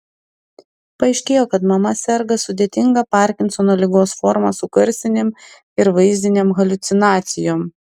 paaiškėjo kad mama serga sudėtinga parkinsono ligos forma su garsinėm ir vaizdinėm haliucinacijom